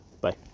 bye